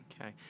Okay